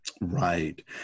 Right